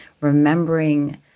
remembering